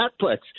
Netflix